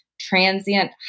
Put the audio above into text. Transient